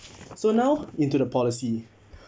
so now into the policy